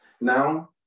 Now